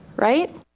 right